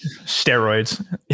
steroids